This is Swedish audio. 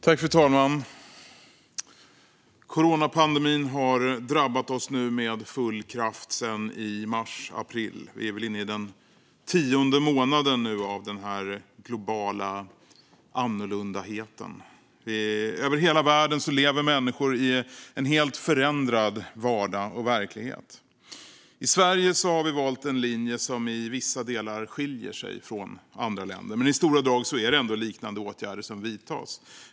Fru talman! Coronapandemin har drabbat oss med full kraft sedan mars april. Vi är väl inne i den tionde månaden nu av den här globala "annorlundaheten". Över hela världen lever människor i en helt förändrad vardag och verklighet. I Sverige har vi valt en linje som i vissa delar skiljer sig från andra länder. Men i stora drag är det ändå liknande åtgärder som vidtas.